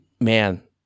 man